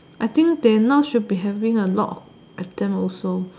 I think they now should be having a lot of exam also